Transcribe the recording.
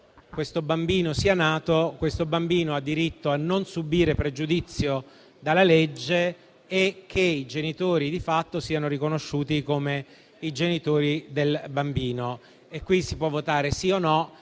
questo bambino sia nato, questo bambino ha diritto a non subire pregiudizio dalla legge e che i genitori di fatto siano riconosciuti come i genitori del bambino. Qui si può votare sì o no: